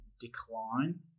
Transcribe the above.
decline